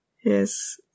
Yes